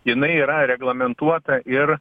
jinai yra reglamentuota ir